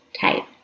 type